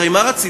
הרי מה רצינו?